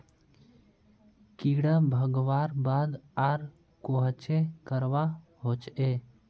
कीड़ा भगवार बाद आर कोहचे करवा होचए?